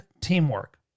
teamwork